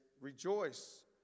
Rejoice